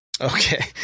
Okay